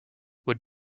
would